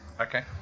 okay